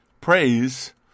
Praise